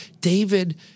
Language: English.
David